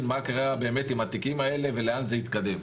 מה קרה באמת עם התיקים האלה ולאן זה התקדם.